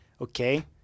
okay